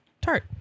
tart